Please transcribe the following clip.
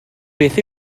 beth